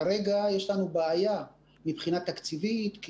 כרגע יש לנו בעיה מבחינה תקציבית,